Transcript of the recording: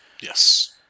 Yes